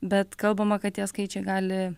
bet kalbama kad tie skaičiai gali